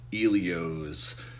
Elio's